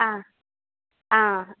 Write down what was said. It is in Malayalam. ആ ആ